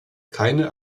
keine